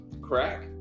Crack